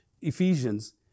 Ephesians